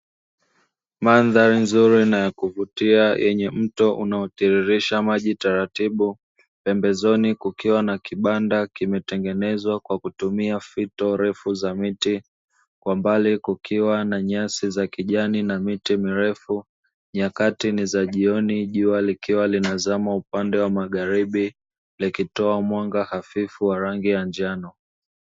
Mandhari nzuri na ya kuvutia yenye mto unaotiririsha maji taratibu, pembezoni kukiwa na kibanda kimetengenezwa kwa kutumia fito refu za miti, kwa mbali kukiwa na nyasi za kijani na miti mirefu. Nyakati ni za jioni jua likiwa linazama upande wa magharibi, likitoa mwanga hafifu wa rangi ya njano.